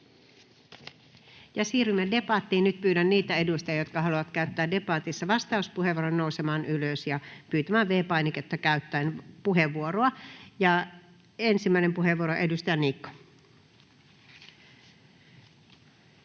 Siirrymme debattiin. Nyt pyydän niitä edustajia, jotka haluavat käyttää debatissa vastauspuheenvuoron, nousemaan ylös ja pyytämään V-painiketta käyttäen puheenvuoroa. — Ensimmäinen puheenvuoro, edustaja Niikko.